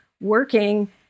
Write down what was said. working